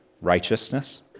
righteousness